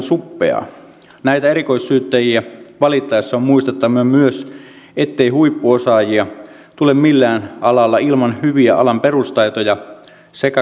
näitä erikoissyyttäjiä valittaessa on muistettava myös ettei huippuosaajia tulee millään alalla ilman hyviä alan perustaitoja sekä kokemusta